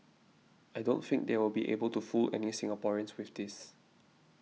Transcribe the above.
I don't think they will be able to fool any Singaporeans with this